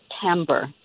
September